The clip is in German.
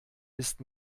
ist